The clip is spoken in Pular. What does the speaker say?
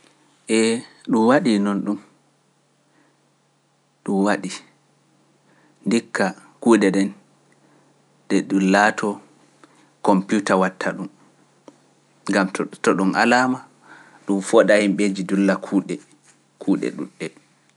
E ɗum woɗi noon ɗum ɗum waɗi ndikka kuuɗe ɗen ɗe ɗum laatoo kompiuta watta ɗum gam to ɗum alaama ɗum fooɗa himɓeji ndulla kuuɗe ɗudɗe.